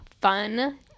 fun